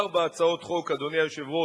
ארבע הצעות חוק, אדוני היושב-ראש,